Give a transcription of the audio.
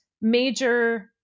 major